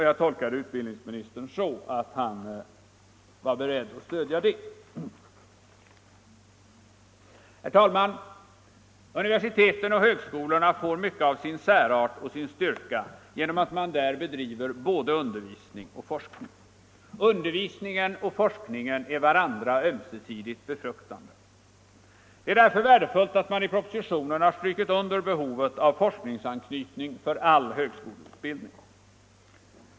Jag tolkar utbildningsministern så, att han är beredd att stödja den. Herr talman! Universiteten och högskolorna får mycket av sin särart och sin styrka genom att man där bedriver både undervisning och forskning. Undervisningen och forskningen är varandra ömsesidigt befruktande. Det är därför värdefullt att man i propositionen har strukit under behovet av forskningsanknytning för all högskoleutbildning.